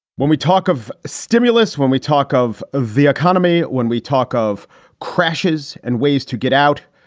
when we talk of stimulus, when we talk of of the economy, when we talk of crashes and ways to get out,